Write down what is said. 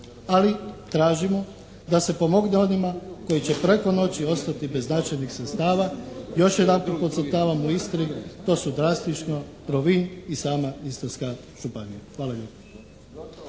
Ali tražimo da se pomogne onima koji će preko noći ostati bez značajnih sredstava. Još jedanput podcrtavam u Istri to su drastično Rovinj i sama Istarska županija. Hvala lijepo.